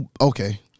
okay